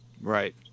Right